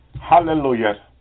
hallelujah